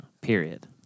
Period